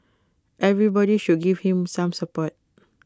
everybody should give him some support